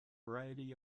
variety